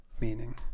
Meaning